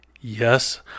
Yes